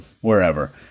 wherever